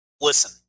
Listen